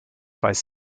weiß